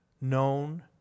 known